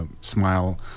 smile